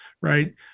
right